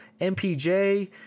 MPJ